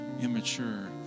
immature